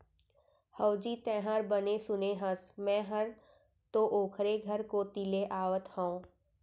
हवजी, तैंहर बने सुने हस, मैं हर तो ओकरे घर कोती ले आवत हँव